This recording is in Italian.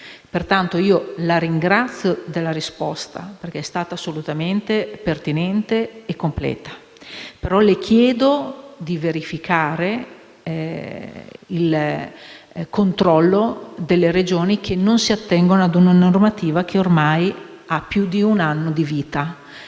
conclusione, la ringrazio per la risposta, che è stata assolutamente pertinente e completa, però le chiedo di verificare e controllare le Regioni che non si attengono a una normativa che ormai ha più di un anno di vita.